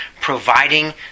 providing